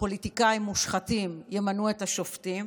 שפוליטיקאים מושחתים ימנו את השופטים